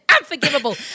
unforgivable